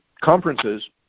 conferences